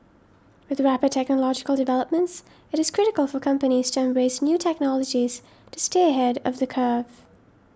with the rapid technological developments it is critical for companies to embrace new technologies to stay ahead of the curve